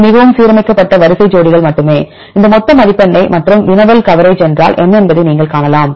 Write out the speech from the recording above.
இது மிகவும் சீரமைக்கப்பட்ட வரிசை ஜோடிகள் மட்டுமே இது மொத்த மதிப்பெண் மற்றும் வினவல் கவரேஜ் என்றால் என்ன என்பதை நீங்கள் காணலாம்